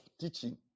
teaching